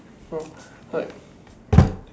no like